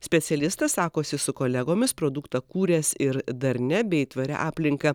specialistas sakosi su kolegomis produktą kūręs ir darnia bei tvaria aplinka